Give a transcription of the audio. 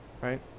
right